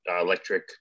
electric